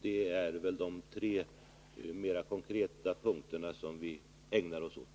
Detta är väl de tre mera konkreta punkter som vi ägnar oss åt.